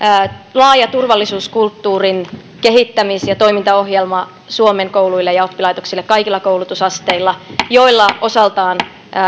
laaja turvallisuuskulttuurin kehittämis ja toimintaohjelma suomen kouluille ja oppilaitoksille kaikilla koulutusasteilla ja sillä osaltaan